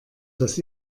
das